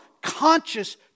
conscious